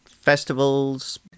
Festivals